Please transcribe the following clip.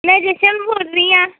ਮੈਂ ਜਸ਼ਨ ਬੋਲ ਰਹੀ ਹਾ